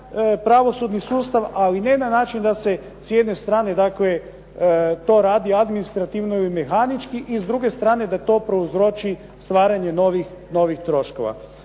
pravosudni sustav. Ali ne na način da se s jedne strane dakle, to radi administrativno i mehanički. I s druge da to prouzroči stvaranje novih troškova.